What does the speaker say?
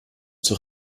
zur